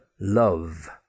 love